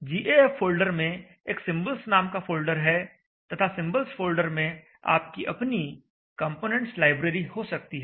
gaf folder में एक symbols नाम का फोल्डर है तथा symbols फोल्डर में आपकी अपनी कंपोनेंट्स लाइब्रेरी हो सकती है